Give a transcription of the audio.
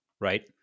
right